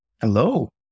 Hello